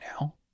now